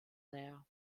there